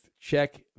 Check